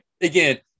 Again